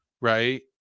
Right